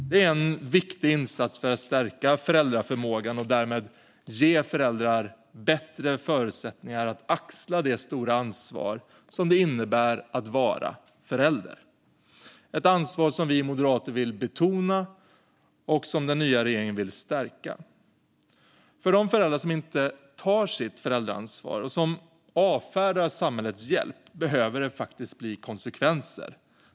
Det är en viktig insats för att stärka föräldraförmågan och därmed ge föräldrar bättre förutsättningar att axla det stora ansvar som det innebär att vara förälder. Det är ett ansvar som vi moderater vill betona och som den nya regeringen vill stärka. För de föräldrar som inte tar sitt föräldraansvar och som avfärdar samhällets hjälp behöver det faktiskt bli konsekvenser.